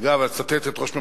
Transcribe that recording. אגב, אני אצטט את ראש ממשלתנו.